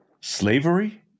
slavery